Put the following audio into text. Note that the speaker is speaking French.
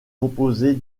composée